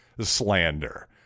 slander